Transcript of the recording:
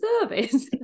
service